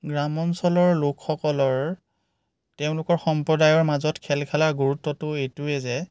গ্ৰাম্যঞ্চলৰ লোকসকলৰ তেওঁলোকৰ সম্প্ৰদায়ৰ মাজত খেল খেলা গুৰুত্বটো এইটোৱেই যে